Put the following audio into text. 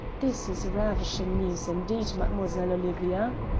this is ravishing news indeed, mademoiselle olivia!